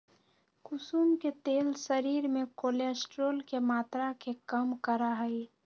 कुसुम के तेल शरीर में कोलेस्ट्रोल के मात्रा के कम करा हई